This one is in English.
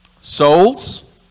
Souls